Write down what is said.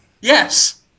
Yes